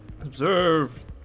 Observe